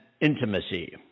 intimacy